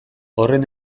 horren